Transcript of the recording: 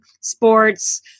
sports